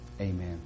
Amen